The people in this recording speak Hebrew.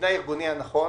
הארגוני הנכון